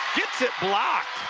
gets it blocked